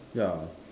ya